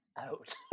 out